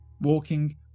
Walking